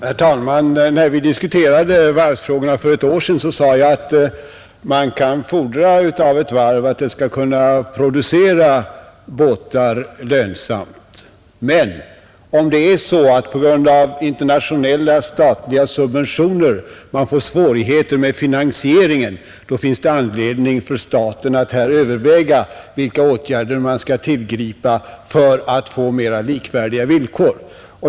Herr talman! När vi diskuterade varvsfrågorna för ett år sedan sade jag att man kan fordra av ett varv att det skall kunna producera båtar lönsamt, men om man på grund av internationella statliga subventioner får svårigheter med finansieringen, finns det anledning för staten att överväga vilka åtgärder som skall tillgripas för att åstadkomma mera likvärdiga villkor.